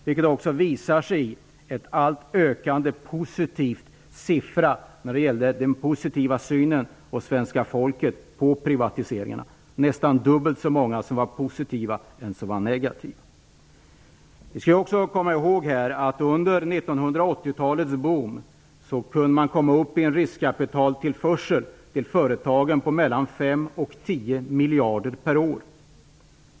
Det visar sig också i en allt ökande siffra när det gäller den positiva synen hos svenska folket på privatiseringarna, nästan dubbelt så många var positiva i förhållande till dem som var negativa. Vi skall också komma ihåg att man under 1980 talets boom kunde komma upp i en riskkapitaltillförsel till företagen på 5-10 miljarder per år.